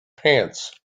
pants